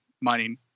mining